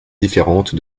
différente